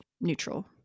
neutral